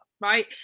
right